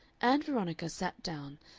ann veronica sat down,